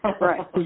right